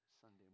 Sunday